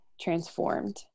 transformed